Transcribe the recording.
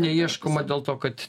neieškoma dėl to kad